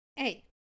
Hey